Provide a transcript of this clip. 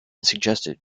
suggested